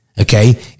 okay